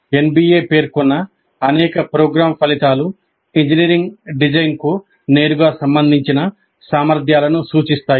NBA పేర్కొన్న అనేక programme ఫలితాలు ఇంజనీరింగ్ డిజైన్కు నేరుగా సంబంధించిన సామర్థ్యాలను సూచిస్తాయి